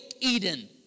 Eden